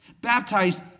Baptized